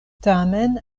tamen